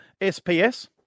SPS